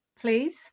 please